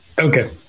Okay